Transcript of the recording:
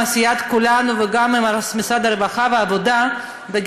סיעת כולנו וגם עם משרד העבודה והרווחה,